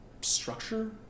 structure